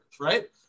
right